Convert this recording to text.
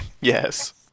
Yes